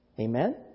Amen